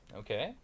okay